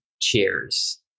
cheers